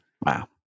Wow